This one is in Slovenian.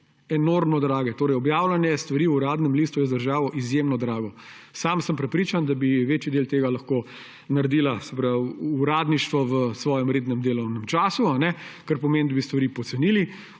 enormno drage. Objavljanje stvari v Uradnem listu je za državo izjemno drago. Sam sem prepričan, da bi večji del tega lahko naredilo uradništvo v svojem rednem delovnem času, kar pomeni, da bi stvari pocenili.